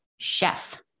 chef